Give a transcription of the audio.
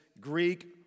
Greek